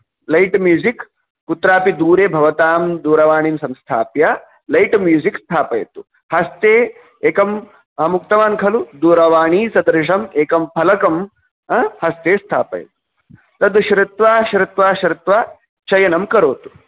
light music कुत्रापि दूरे भवतां दूरवाणीं संस्थाप्य लैट् म्यूसिक् स्थापयतु हस्ते एकम् अहमुक्तवान् खलु दूरवाणीसदृशम् एकं फलकं आ हस्ते स्थापयतु तद् श्रुत्वा श्रुत्वा श्रुत्वा शयनं करोतु